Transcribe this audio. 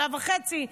שנה וחצי,